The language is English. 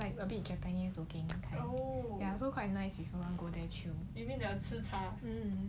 like a bit japanese looking kind ya so quite nice if you want go there chill